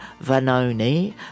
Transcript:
Vanoni